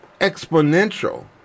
exponential